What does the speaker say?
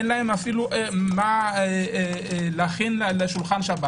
אין להם מה להכין על שולחן שבת